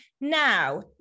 Now